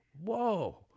whoa